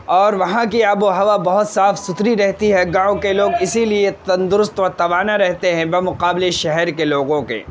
اور وہاں کی آب و ہوا بہت صاف ستھری رہتی ہے گاؤں کے لوگ اسی لیے تندرست و توانا رہتے ہیں بمقابلے شہر کے لوگوں کے